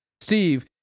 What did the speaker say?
Steve